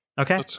Okay